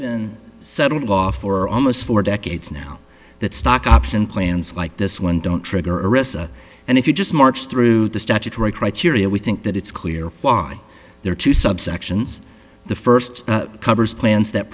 been settled law for almost four decades now that stock option plans like this one don't trigger arista and if you just march through the statutory criteria we think that it's clear why there are two subsections the first covers plans that